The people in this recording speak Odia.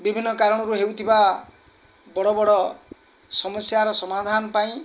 ବିଭିନ୍ନ କାରଣରୁ ହେଉଥିବା ବଡ଼ ବଡ଼ ସମସ୍ୟାର ସମାଧାନ ପାଇଁ